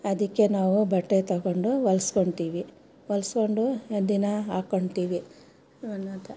ಅದಕ್ಕೆ ನಾವು ಬಟ್ಟೆ ತಗೊಂಡು ಹೊಲಿಸ್ಕೊತೀವಿ ಹೊಲಿಸ್ಕೊಂಡು ದಿನ ಹಾಕೊತೀವಿ